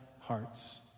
hearts